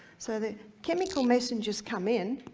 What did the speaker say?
so the chemical messengers come in